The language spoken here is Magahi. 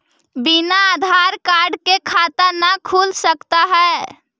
बिना आधार कार्ड के खाता न खुल सकता है?